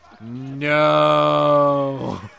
No